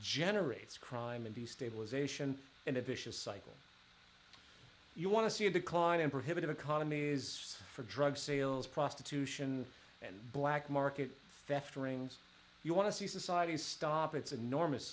generates crime and destabilization and a vicious cycle you want to see a decline in prohibitive economies for drug sales prostitution and black market festering you want to see societies stop its enorm